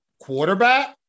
Quarterback